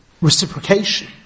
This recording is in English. reciprocation